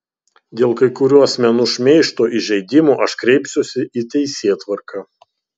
dėl kai kurių asmenų šmeižto įžeidimų aš kreipsiuosi į teisėtvarką